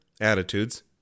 attitudes